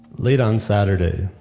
late on saturday,